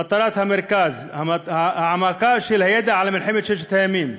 מטרת המרכז: העמקה של הידע על מלחמת ששת הימים,